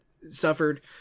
suffered